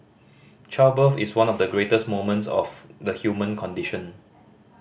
childbirth is one of the greatest moments of the human condition